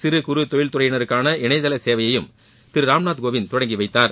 சிறு குறு தொழில் துறையினருக்கான இணையதள சேவையையும் திரு ராம்நாத் கோவிந்த் தொடங்கி வைத்தார்